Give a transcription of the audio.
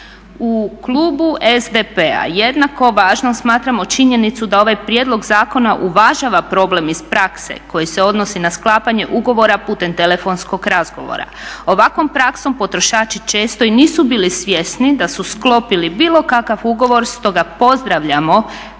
U klubu SDP-a jednako važno smatramo činjenicu da ovaj prijedlog zakona uvažava problem iz prakse koji se odnosi na sklapanje ugovora putem telefonskog razgovora. Ovakvom praksom potrošači često i nisu bili svjesni da su sklopili bilo kakav ugovor stoga pozdravljamo